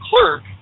clerk